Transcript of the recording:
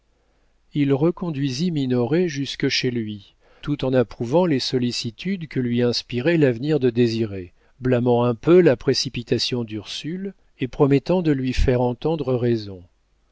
il reconduisit minoret jusque chez lui tout en approuvant les sollicitudes que lui inspirait l'avenir de désiré blâmant un peu la précipitation d'ursule et promettant de lui faire entendre raison